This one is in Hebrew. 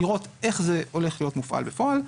לראות איך זה הולך להיות מופעל בפועל.